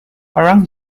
orang